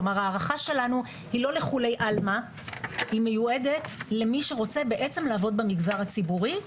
כלומר ההערכה שלנו מיועדת למי שרוצה בעצם לעבוד במגזר הציבורי,